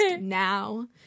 now